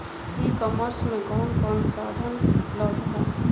E commerce में कवन कवन साधन उपलब्ध ह?